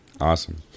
Awesome